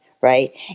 right